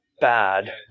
bad